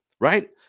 right